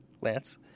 Lance